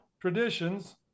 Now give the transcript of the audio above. traditions